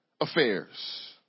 Affairs